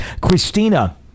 Christina